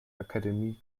akademie